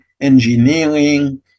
engineering